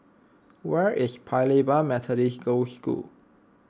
where is Paya Lebar Methodist Girls' School